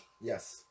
Yes